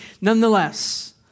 nonetheless